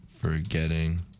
forgetting